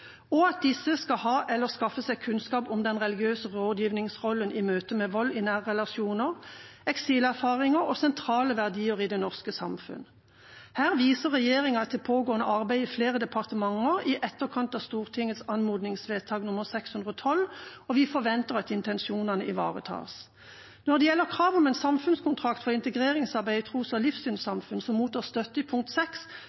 skal ha eller skaffe seg kunnskap om den religiøse rådgivningsrollen i møte med vold i nære relasjoner, eksilerfaringer og sentrale verdier i det norske samfunn. Her viser regjeringa til pågående arbeid i flere departementer i etterkant av Stortingets anmodningsvedtak nr. 612, og vi forventer at intensjonene ivaretas. Når det gjelder pkt. 6, krav om en samfunnskontrakt for integreringsarbeid i tros- og